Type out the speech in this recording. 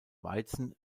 weizen